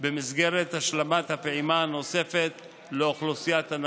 במסגרת השלמת הפעימה הנוספת לאוכלוסיית הנכים.